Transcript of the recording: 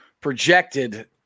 projected